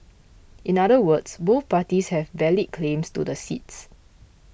in other words both parties have valid claims to the seats